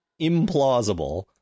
implausible